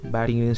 Batting